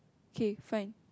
okay fine